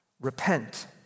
repent